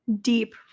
Deep